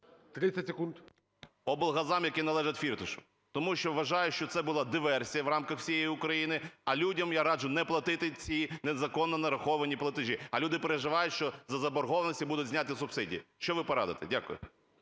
М.Ю. … облгазам, які належать Фірташу, тому що вважаю, що це була диверсія в рамках всієї України. А людям я раджу не платити ці незаконно нараховані платежі. А люди переживають, що за заборгованості будуть зняті субсидії. Що ви порадите? Дякую.